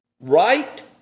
Right